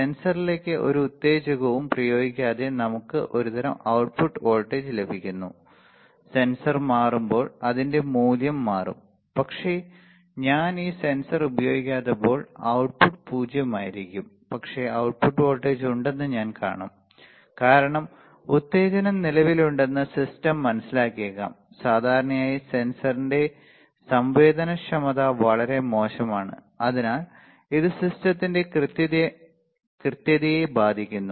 സെൻസറിലേക്ക് ഒരു ഉത്തേജകവും പ്രയോഗിക്കാതെ നമുക്ക് ഒരുതരം output വോൾട്ടേജ് ലഭിക്കുന്നു സെൻസർ മാറുമ്പോൾ അതിന്റെ മൂല്യം മാറും പക്ഷേ ഞാൻ ഈ സെൻസർ ഉപയോഗിക്കാത്തപ്പോൾ output 0 ആയിരിക്കണം പക്ഷേ output വോൾട്ടേജ് ഉണ്ടെന്ന് ഞാൻ കാണും കാരണം ഉത്തേജനം നിലവിലുണ്ടെന്ന് സിസ്റ്റം മനസിലാക്കിയേക്കാം സാധാരണയായി സെൻസറിന്റെ സംവേദനക്ഷമത വളരെ മോശമാണ് അതിനാൽ ഇത് സിസ്റ്റത്തിന്റെ കൃത്യതയെ ബാധിക്കുന്നു